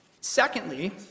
Secondly